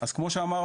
אז כמו שאמרנו,